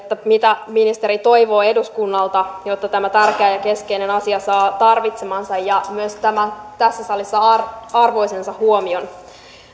mitä ministeri toivoo eduskunnalta jotta tämä tärkeä ja keskeinen asia saa tarvitsemansa ja myös tässä salissa arvoisensa huomion